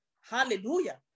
Hallelujah